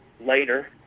later